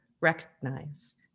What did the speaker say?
recognized